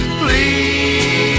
please